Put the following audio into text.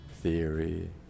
theory